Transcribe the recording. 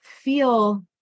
feel